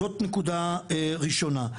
זאת נקודה ראשונה.